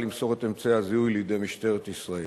למסור את אמצעי הזיהוי לידי משטרת ישראל.